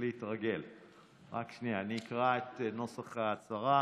אקרא את נוסח ההצהרה,